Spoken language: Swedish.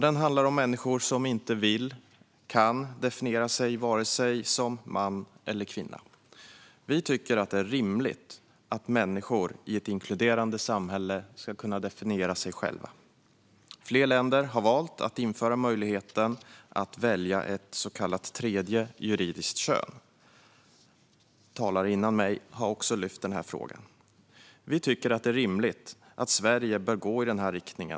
Den handlar om människor som inte vill eller kan definiera sig som vare sig man eller kvinna. Vi tycker att det är rimligt att människor i ett inkluderande samhälle ska kunna definiera sig själva. Flera länder har infört möjligheten att välja ett så kallat tredje juridiskt kön. Några talare före mig har också lyft fram denna fråga. Vi tycker att det är rimligt att Sverige går i denna riktning.